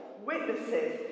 witnesses